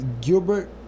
Gilbert